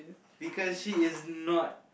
because she is not